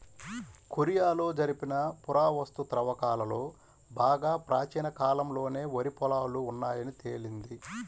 కొరియాలో జరిపిన పురావస్తు త్రవ్వకాలలో బాగా ప్రాచీన కాలంలోనే వరి పొలాలు ఉన్నాయని తేలింది